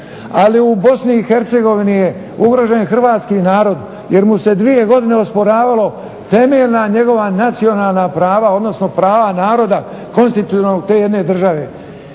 Ali u Bosni i Hercegovini je ugrožen Hrvatski narod jer mu se dvije godine osporavalo temeljna njegova nacionalna prava, odnosno prava naroda konstitutivnog te jedne države.